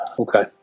Okay